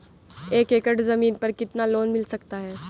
एक एकड़ जमीन पर कितना लोन मिल सकता है?